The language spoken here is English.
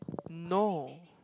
no